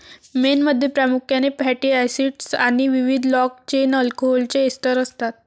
मेणमध्ये प्रामुख्याने fatty acids आणि विविध लाँग चेन अल्कोहोलचे एस्टर असतात